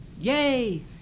yay